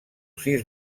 sis